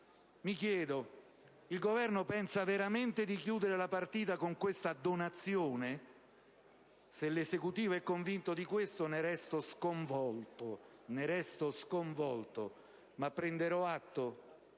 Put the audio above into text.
Mi chiedo: il Governo pensa veramente di chiudere la partita con questa donazione? Se l'Esecutivo è convinto di questo, ne resto sconvolto, ma prenderò atto